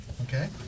Okay